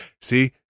See